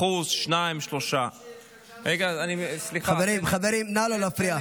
1%, 2%, 3%. חברים, חברים, נא לא להפריע.